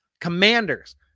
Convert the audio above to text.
Commanders